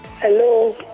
hello